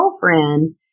girlfriend